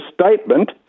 statement